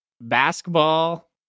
basketball